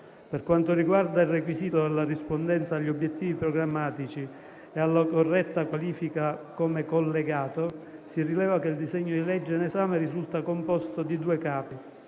Per quanto riguarda il requisito della rispondenza agli obiettivi programmatici e alla corretta qualifica come "collegato" , si rileva che il disegno di legge in esame risulta composto di due Capi.